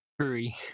Three